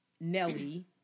Nelly